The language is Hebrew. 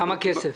כמה כסף?